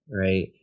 right